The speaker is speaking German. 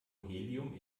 helium